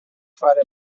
fare